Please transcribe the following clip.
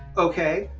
okay!